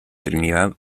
trinidad